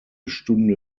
stunde